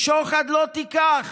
"ושחד לא תקח